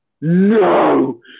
no